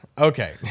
Okay